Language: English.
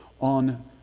on